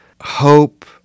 hope